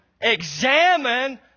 Examine